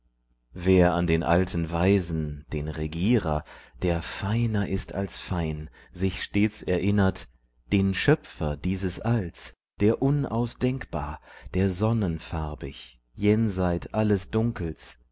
wer an den alten weisen den regierer der feiner ist als fein sich stets erinnert den schöpfer dieses alls der unausdenkbar der sonnenfarbig jenseit alles dunkels